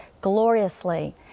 gloriously